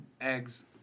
Eggs